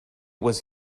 was